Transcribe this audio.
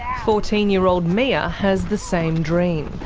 fourteen year old mia has the same dream.